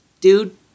dude